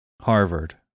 Harvard